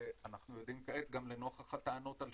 אנחנו יודעים כעת, גם לנוכח הטענות על